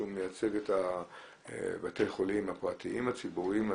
שמייצג את בתי החולים הפרטיים הציבוריים.